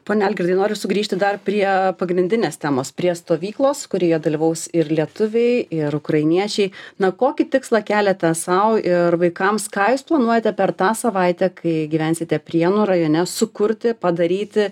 pone algirdai noriu sugrįžti dar prie pagrindinės temos prie stovyklos kurioje dalyvaus ir lietuviai ir ukrainiečiai na kokį tikslą keliate sau ir vaikams ką jūs planuojate per tą savaitę kai gyvensite prienų rajone sukurti padaryti